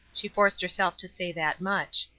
she forced herself to say that much.